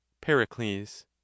pericles